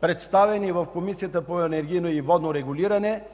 представени в Комисията по енергийно и водно регулиране